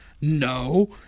no